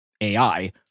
ai